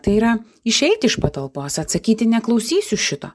tai yra išeit iš patalpos atsakyti neklausysiu šito